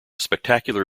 spectacular